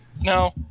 No